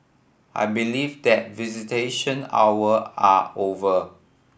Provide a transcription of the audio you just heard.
I believe that visitation hour are over